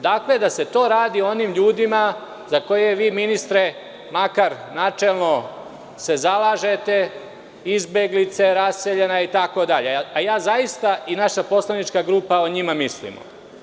Dakle, da se to radi onim ljudima za koje vi ministre, makar načelno se zalažete, izbeglice, raseljena lica itd, a ja zaista i naša poslanička grupa o njima mislimo.